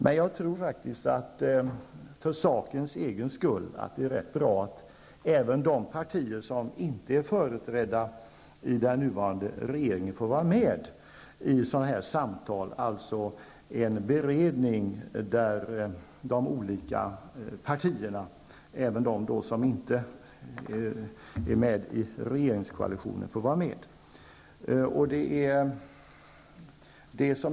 Men jag tror faktiskt att det vore ganska bra för sakens egen skull om även de partier som inte är företrädda i den nuvarande regeringen får vara med i sådana samtal, dvs. att en beredning tillsätts där alla riksdagspartier, får vara med.